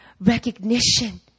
recognition